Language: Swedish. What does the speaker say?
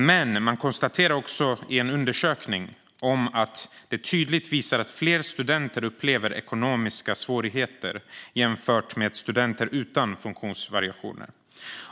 Men man konstaterar också att en undersökning tydligt visar att fler upplever ekonomiska svårigheter jämfört med studenter utan funktionsvariationer.